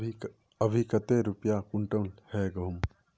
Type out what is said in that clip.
अभी कते रुपया कुंटल है गहुम?